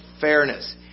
fairness